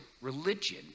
Religion